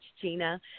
Gina